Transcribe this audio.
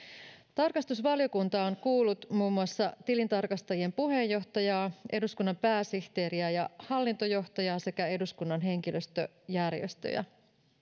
tarkastusvaliokunta on kuullut muun muassa tilintarkastajien puheenjohtajaa eduskunnan pääsihteeriä ja hallintojohtajaa sekä eduskunnan henkilöstöjärjestöjä